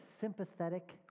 sympathetic